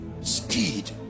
speed